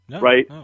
right